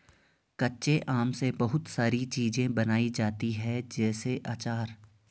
कच्चे आम से बहुत सारी चीज़ें बनाई जाती है जैसे आचार